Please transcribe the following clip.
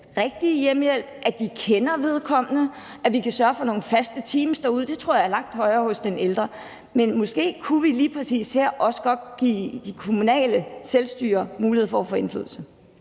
at de kender vedkommende, at vi kan sørge for nogle faste teams derude – det tror jeg betyder langt mere for den ældre. Men måske kunne vi lige præcis her også godt give kommunerne mulighed for at få indflydelse.